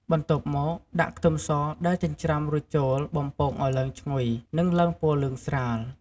បន្ទាប់មកដាក់ខ្ទឹមសដែលចិញ្រ្ចាំរួច ចូលបំពងឲ្យឡើងឈ្ងុយ និងឡើងពណ៌លឿងស្រាល។